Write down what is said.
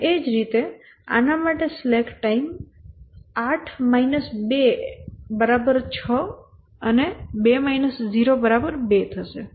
અને એ જ રીતે આના માટે સ્લેક ટાઇમ 8 2 6 અને 2 0 2 થશે